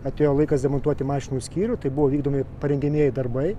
atėjo laikas demontuoti mašinų skyrių tai buvo vykdomi parengiamieji darbai